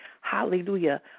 hallelujah